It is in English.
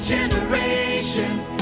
Generations